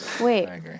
Wait